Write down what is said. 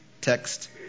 text